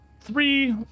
three